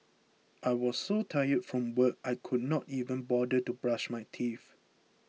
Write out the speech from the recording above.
I was so tired from work I could not even bother to brush my teeth